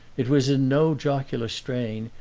it was in no jocular strain,